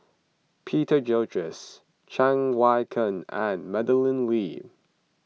Peter Gilchrist Cheng Wai Keung and Madeleine Lee